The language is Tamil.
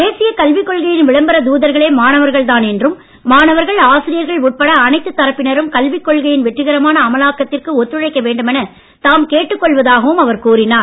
தேசிய கல்விக் கொள்கையின் விளம்பர தூதர்களே மாணவர்கள் தான் என்றும் மாணவர்கள் ஆசிரியர்கள் உட்பட அனைத்து தரப்பினரும் கல்விக் கொள்கையின் வெற்றிகரமான அமலாக்கத்திற்கு ஒத்துழைக்க வேண்டுமென தாம் கேட்டுக் கொள்வதாகவும் அவர் கூறினார்